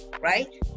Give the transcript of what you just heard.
right